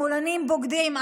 שמאלנים בוגדים,